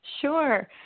Sure